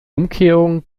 umkehrung